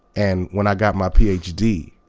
and when i got my ph d,